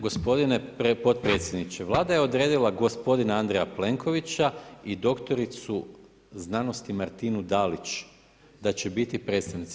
Gospodine potpredsjedniče, Vlada je odredila gospodina Andreja Plenkovića i doktoricu znanosti Martinu Dalić da će biti predstavnici.